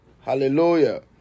Hallelujah